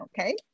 Okay